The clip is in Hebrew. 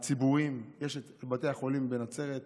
הציבוריים, בתי החולים בנצרת,